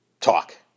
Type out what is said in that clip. talk